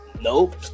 Nope